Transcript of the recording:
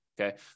Okay